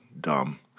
Dumb